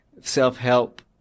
self-help